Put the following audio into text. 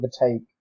overtake